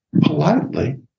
politely